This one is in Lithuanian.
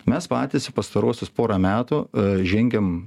mes patys pastaruosius porą metų žengiam